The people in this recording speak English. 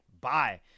bye